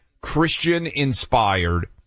Christian-inspired